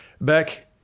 Beck